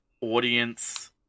audience